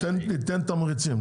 ניתן תמריצים,